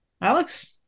Alex